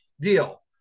deal